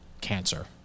cancer